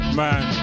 man